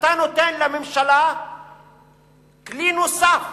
ואתה נותן לממשלה כלי נוסף